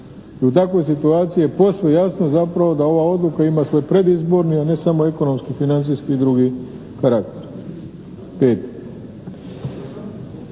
I u takvoj situaciji je posve jasno zapravo da ova odluka ima svoj predizborni, a ne samo ekonomski, financijski i drugi karakter.